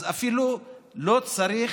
אז אפילו לא צריך